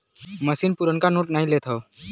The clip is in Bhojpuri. मसीन पुरनका नोट लेत नाहीं हौ